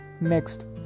Next